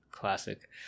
classic